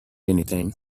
anything